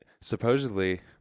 supposedly